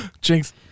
Jinx